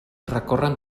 recorren